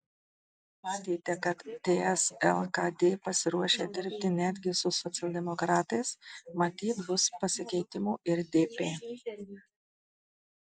matėte kad ts lkd pasiruošę dirbti netgi su socialdemokratais matyt bus pasikeitimų ir dp